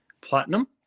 Platinum